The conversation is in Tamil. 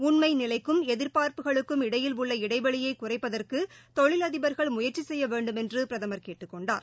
உண்மை நிலைக்கும் எதிர்பார்ப்புகளுக்கும் இடையில் உள்ள இடைவெளியை குறைப்பதற்கு தொழிலதிபர்கள் முயற்சி செய்ய வேண்டமென்று பிரதமர் கேட்டுக் கொண்டார்